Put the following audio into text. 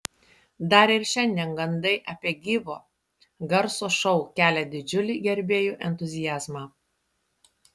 dar ir šiandien gandai apie gyvo garso šou kelia didžiulį gerbėjų entuziazmą